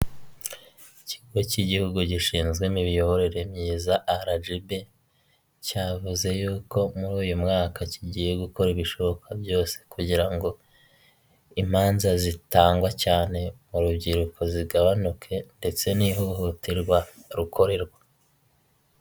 Ikigo cy'igihugu gishinzwe imiyoborere myiza arajibi, cyavuze yuko muri uyu mwaka kigiye gukora ibishoboka byose kugira ngo imanza zitangwa cyane mu rubyiruko zigabanuke, ndetse n'ihohoterwa rukorerwa.